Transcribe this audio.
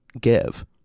give